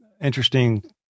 interesting